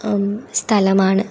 സ്ഥലമാണ്